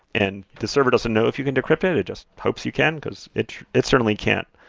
and the server doesn't know if you can decrypt it, it just hopes you can because it it certainly can't.